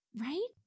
Right